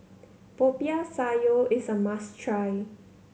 Popiah Sayur is a must try